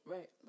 Right